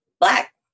black